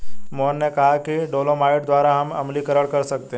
मोहन ने कहा कि डोलोमाइट द्वारा हम अम्लीकरण कर सकते हैं